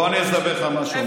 בוא אני אספר לך משהו.